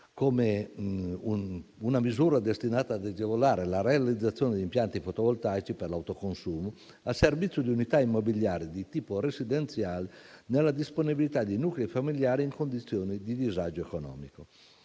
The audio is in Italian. come misura destinata ad agevolare la realizzazione di impianti fotovoltaici per l'autoconsumo al servizio di unità immobiliari di tipo residenziale nella disponibilità dei nuclei familiari in condizioni di disagio economico.